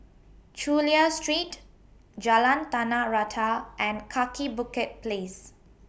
Chulia Street Jalan Tanah Rata and Kaki Bukit Place